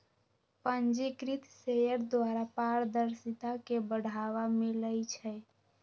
पंजीकृत शेयर द्वारा पारदर्शिता के बढ़ाबा मिलइ छै